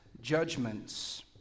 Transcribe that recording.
judgments